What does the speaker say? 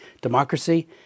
democracy